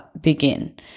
begin